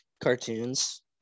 cartoons